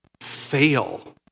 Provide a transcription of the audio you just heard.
fail